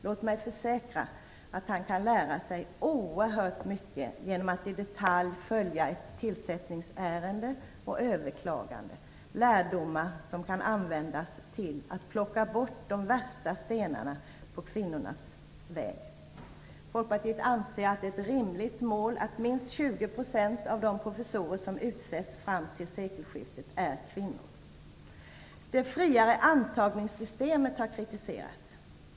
Låt mig försäkra att han kan lära sig oerhört mycket genom att i detalj följa ett tillsättningsärende och överklagande - lärdomar som kan användas till att plocka bort de värsta stenarna på kvinnornas väg. Folkpartiet anser att det är ett rimligt mål att minst 20 % av de professorer som utses fram till sekelskiftet är kvinnor. Det friare antagningssystemet har kritiserats.